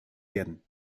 werden